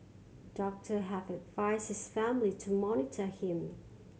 doctor have advised his family to monitor him